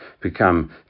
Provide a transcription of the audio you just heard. become